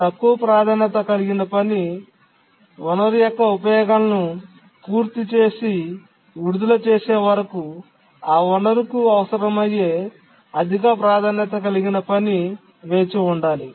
తక్కువ ప్రాధాన్యత కలిగిన పని వనరు యొక్క ఉపయోగాలను పూర్తి చేసి విడుదల చేసే వరకు ఆ వనరు అవసరమయ్యే అధిక ప్రాధాన్యత కలిగిన పని వేచి ఉండాలి